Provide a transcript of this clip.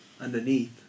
Underneath